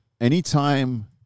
anytime